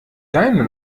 deine